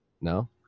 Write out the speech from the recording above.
no